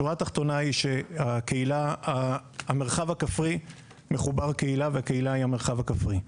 השורה התחתונה היא שהמרחב הכפרי מחובר קהילה והקהילה היא המרחב הכפרי.